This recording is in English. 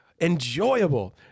enjoyable